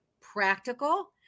practical